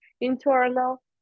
internal